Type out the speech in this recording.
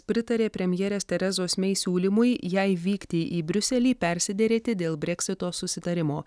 pritarė premjerės terezos mei siūlymui jai vykti į briuselį persiderėti dėl breksito susitarimo